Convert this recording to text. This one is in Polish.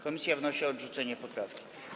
Komisja wnosi o odrzucenie poprawki.